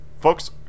Folks